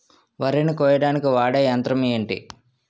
వరి ని కోయడానికి వాడే యంత్రం ఏంటి?